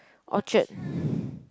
Orchard